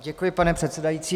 Děkuji, pane předsedající.